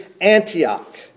Antioch